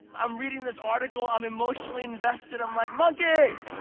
i'm reading this article, i'm emotionally invested. i'm like, monkey,